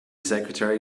secretary